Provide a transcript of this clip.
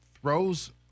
throws